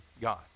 God